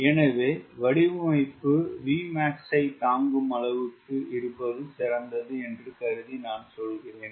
எனவே வடிவமைப்பு Vmax ஐ தாங்கும் அளவுக்கு இருப்பது சிறந்தது என்று கருதி நான் சொல்கிறேன்